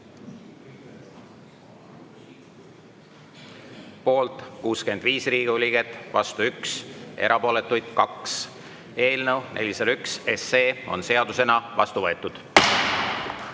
Poolt on 65 Riigikogu liiget, vastu 1, erapooletuid 2. Eelnõu 401 on seadusena vastu võetud.